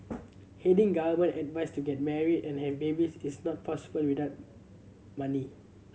heeding government advice to get married and have babies is not possible without money